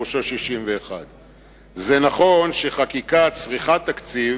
שפירושו 61. נכון שבחקיקה צריכת תקציב,